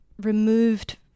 removed